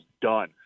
done